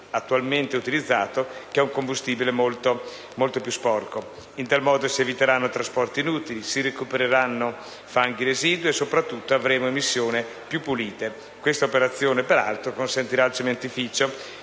attualmente utilizzato, che è un combustibile molto più sporco. In tal modo si eviteranno trasporti inutili, si recupereranno fanghi residui e soprattutto avremo emissioni più pulite. Questa operazione peraltro consentirà al cementificio,